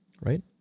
right